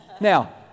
Now